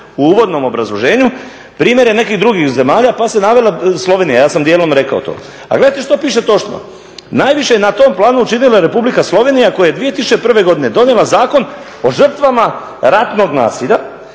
u uvodnom obrazloženju primjere nekih drugih zemalja pa se navela Slovenija, ja sam dijelom rekao to. A gledajte što piše točno, najviše je na tom planu učinila Republika Slovenija koja je 2001. godine donijela Zakon o žrtvama ratnog nasilja